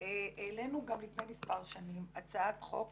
שהיה דחוף